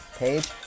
page